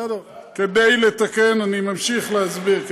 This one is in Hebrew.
אני ממשיך להסביר.